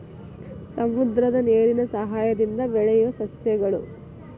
ಸಮುದ್ರದ ನೇರಿನ ಸಯಹಾಯದಿಂದ ಬೆಳಿಯುವ ಸಸ್ಯಗಳು